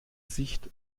sicht